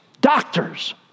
doctors